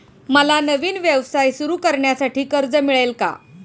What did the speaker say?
मला नवीन व्यवसाय सुरू करण्यासाठी कर्ज मिळेल का?